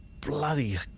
bloody